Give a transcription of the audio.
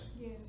Yes